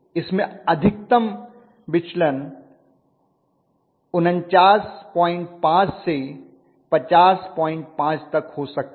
इसमें अधिकत विचलन 495 से 505 तक हो सकता है